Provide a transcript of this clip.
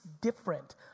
different